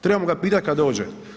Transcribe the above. Trebamo ga pitati kad dođe.